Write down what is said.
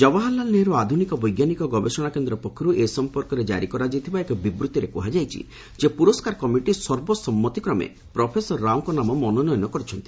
ଜବାହରଲାଲ ନେହେରୁ ଆଧୁନିକ ବୈଜ୍ଞାନିକ ଗବେଷଣା କେନ୍ଦ୍ର ପକ୍ଷରୁ ଏ ସଂପର୍କରେ ଜାରି କରାଯାଇଥିବା ଏକ ବିବୃତିରେ କୁହାଯାଇଛି ଯେ ପ୍ରରସ୍କାର କମିଟି ସର୍ବସମ୍ମତି କ୍ମେ ପ୍ଫେସର ରାଓଙ୍କ ନାମ ମନୋନୟନ କରିଛନ୍ତି